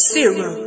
Zero